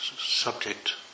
subject